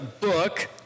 book